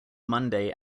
monday